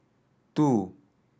two